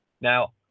now